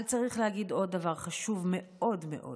אבל צריך להגיד עוד דבר חשוב מאוד מאוד: